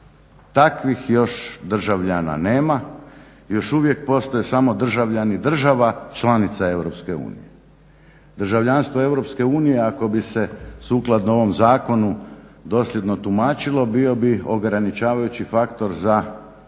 Takvih još državljana nema, još uvijek postoje državljani država članica EU. Državljanstvo EU ako bi se sukladno ovom zakonu dosljedno tumačilo bio bi ograničavajući faktor za mnoga